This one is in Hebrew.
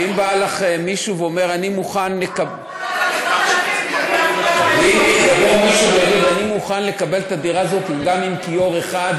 ואם בא לך מישהו ואומר: אני מוכן לקבל את הדירה הזאת גם עם כיור אחד,